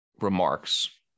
remarks